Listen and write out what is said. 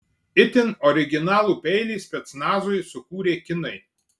itin originalų peilį specnazui sukūrė kinai